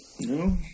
no